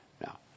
Now